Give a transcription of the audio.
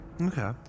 Okay